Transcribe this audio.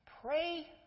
pray